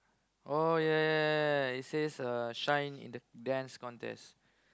oh ya ya ya ya ya it says uh Shine in the Dance Contest